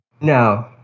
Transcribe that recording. No